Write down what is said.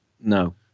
No